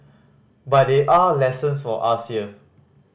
but there are lessons for us here